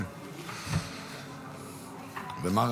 כמובן,